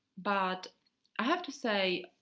but i have to say